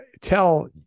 tell